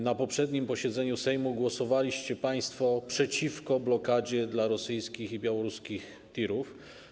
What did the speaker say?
Na poprzednim posiedzeniu Sejmu głosowaliście państwo przeciwko blokadzie dla rosyjskich i białoruskich tirów.